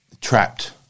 Trapped